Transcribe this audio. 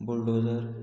bulldozer